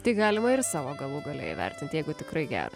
tai galima ir savo galų gale įvertint jeigu tikrai geras